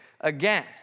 again